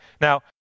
Now